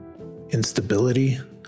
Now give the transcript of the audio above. instability